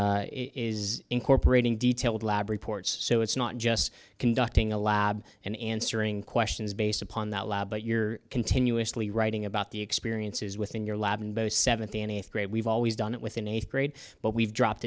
is is incorporating detailed lab reports so it's not just conducting a lab and answering questions based upon that lab but you're continuously writing about the experiences within your lab and seventh and eighth grade we've always done it with an eighth grade but we've dropped